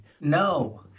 No